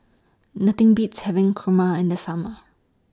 Nothing Beats having Kurma in The Summer